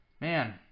Man